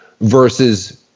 versus